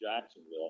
Jacksonville